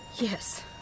Yes